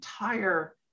entire